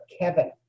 Kevin